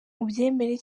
ubyemere